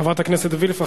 חברת הכנסת וילף.